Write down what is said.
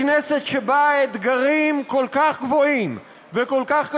בכנסת שבה האתגרים כל כך גבוהים וכל כך קשים,